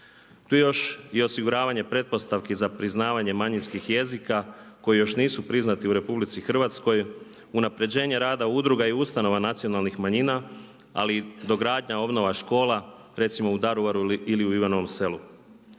je još i osiguravanje pretpostavki za priznavanje manjinskih jezika koji još nisu priznati u RH, unaprjeđenje rada udruga i ustanova nacionalnih manjina ali i dogradnja, obnova škola recimo u Daruvaru ili u Ivanovom selu.